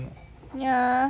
ya